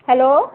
hello